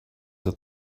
that